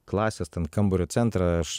klasės ten kambario centrą aš